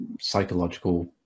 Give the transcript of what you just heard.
psychological